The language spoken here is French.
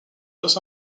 los